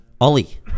Ollie